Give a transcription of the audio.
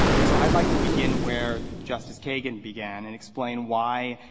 and so i'd like to begin where justice kagan began and explain why,